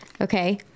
Okay